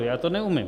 Já to neumím.